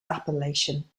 appellation